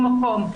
בשום מקום.